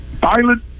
violent